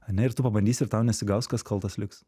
ane ir tu pabandys ir tau nesigaus kas kaltas liks